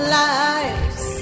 lives